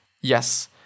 Yes